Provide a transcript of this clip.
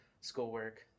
schoolwork